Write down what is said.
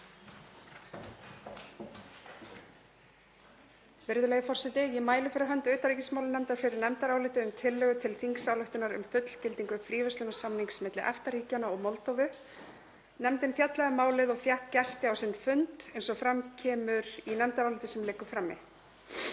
Virðulegi forseti. Ég mæli fyrir hönd utanríkismálanefndar fyrir nefndaráliti um tillögu til þingsályktunar um fullgildingu fríverslunarsamnings milli EFTA-ríkjanna og Moldóvu. Nefndin fjallaði um málið og fékk gesti á sinn fund eins og fram kemur í nefndaráliti sem liggur frammi.